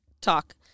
talk